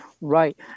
Right